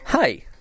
Hi